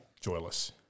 Joyless